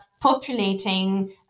populating